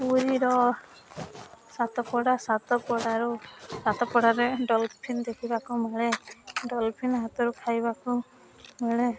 ପୁରୀର ସାତପଡ଼ା ସାତପଡ଼ାର ସାତପଡ଼ାରେ ଡଲଫିନ ଦେଖିବାକୁ ମିଳେ ଡଲଫିନ ହାତରୁ ଖାଇବାକୁ ମିଳେ